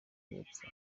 y’epfo